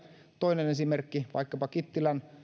toinen esimerkki vaikkapa kittilän